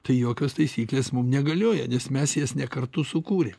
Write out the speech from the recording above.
tai jokios taisyklės mum negalioja nes mes jas ne kartu sukūrėm